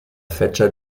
fecha